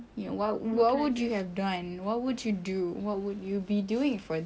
what would you have done what would you do what would you be doing for that